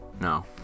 No